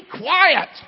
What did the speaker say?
quiet